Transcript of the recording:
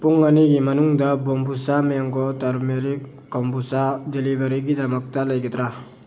ꯄꯨꯡ ꯑꯅꯤꯒꯤ ꯃꯅꯨꯡꯗ ꯕꯣꯝꯕꯨꯆꯥ ꯃꯦꯡꯒꯣ ꯇꯔꯃꯦꯔꯤꯛ ꯀꯣꯝꯕꯨꯆꯥ ꯗꯦꯂꯤꯚꯔꯤ ꯒꯤꯗꯃꯛꯇ ꯂꯩꯒꯗ꯭ꯔꯥ